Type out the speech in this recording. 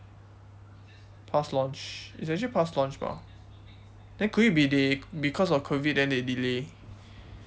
past launch it's actually past launch bah then could it be they because of covid then they delay